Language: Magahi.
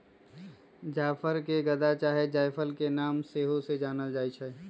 जाफर के गदा चाहे जायफल के नाम से सेहो जानल जाइ छइ